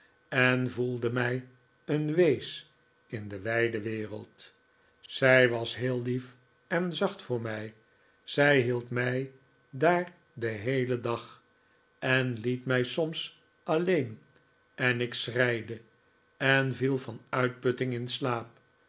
en voelde mij een wees in de wijde wereld zij was heel lief en zacht voor mij zij hield mij daar den heelen dag en liet mij soms alleen en ik schreide en viel van uitputting in slaap